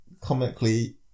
Comically